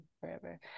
forever